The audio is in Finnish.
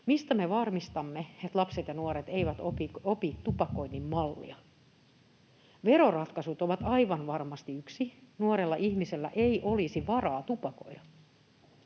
Miten me varmistamme, että lapset ja nuoret eivät opi tupakoinnin mallia? Veroratkaisut ovat aivan varmasti yksi keino. Nuorella ihmisellä ei olisi varaa tupakoida.